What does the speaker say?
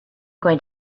going